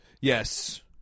Yes